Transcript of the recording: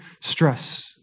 stress